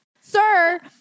Sir